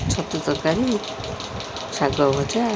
ଛତୁ ତରକାରୀ ଶାଗ ଭଜା